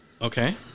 okay